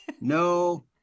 No